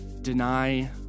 deny